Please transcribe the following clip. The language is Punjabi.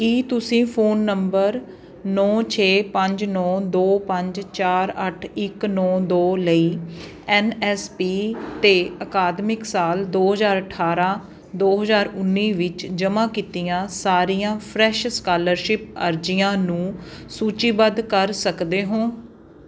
ਕੀ ਤੁਸੀਂ ਫ਼ੋਨ ਨੰਬਰ ਨੌਂ ਛੇ ਪੰਜ ਨੌਂ ਦੋ ਪੰਜ ਚਾਰ ਅੱਠ ਇੱਕ ਨੌਂ ਦੋ ਲਈ ਐਨ ਐਸ ਪੀ 'ਤੇ ਅਕਾਦਮਿਕ ਸਾਲ ਦੋ ਹਜ਼ਾਰ ਅਠਾਰਾਂ ਦੋ ਹਜ਼ਾਰ ਉੱਨੀ ਵਿੱਚ ਜਮ੍ਹਾਂ ਕੀਤੀਆਂ ਸਾਰੀਆਂ ਫਰੈਸ਼ ਸਕਾਲਰਸ਼ਿਪ ਅਰਜ਼ੀਆਂ ਨੂੰ ਸੂਚੀਬੱਧ ਕਰ ਸਕਦੇ ਹੋ